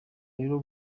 rero